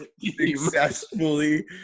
successfully